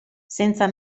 senza